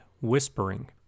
whispering